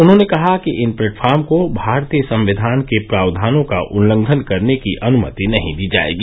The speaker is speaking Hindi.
उन्होंने कहा कि इन प्लेटफार्म को भारतीय संविधान के प्रावधानों का उल्लंघन करने की अनुमति नहीं दी जायेंगी